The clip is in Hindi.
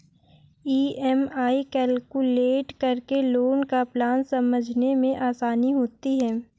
ई.एम.आई कैलकुलेट करके लोन का प्लान समझने में आसानी होती है